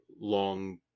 long